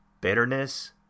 bitterness